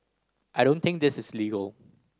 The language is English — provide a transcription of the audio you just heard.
I don't think this is legal